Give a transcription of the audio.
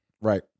Right